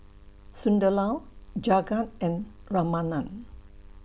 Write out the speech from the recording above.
Sunderlal Jagat and Ramanand